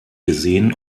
gesehen